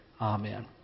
Amen